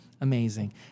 Amazing